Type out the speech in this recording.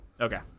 Okay